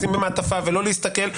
לשים במעטפה ולא להסתכל,